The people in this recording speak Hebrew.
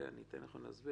כלומר,